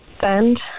Send